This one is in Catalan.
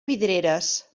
vidreres